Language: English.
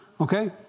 Okay